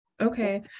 okay